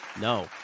No